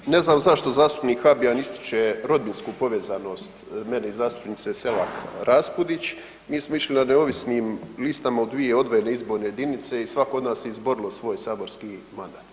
238., ne znam zašto zastupnik Habijan ističe rodbinsku povezanost mene i zastupnice Selak Raspudić, mi smo išli na neovisnim listama u dvije odvojene izborne jedinice i svako od nas je izborilo svoj saborski mandat.